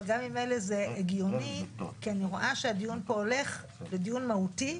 אבל גם אם ממילא זה הגיוני כי אני רואה שהדיון פה הולך לדיון מהותי,